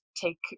take